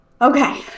Okay